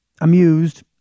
amused